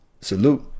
Salute